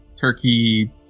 turkey